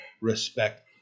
respect